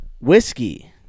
whiskey